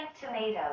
Tomatoes